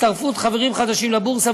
הצטרפות חברים חדשים לבורסה,